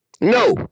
No